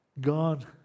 God